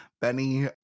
Benny